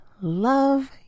love